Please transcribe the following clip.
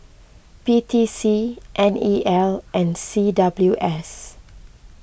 P T C N E L and C W S